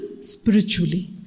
spiritually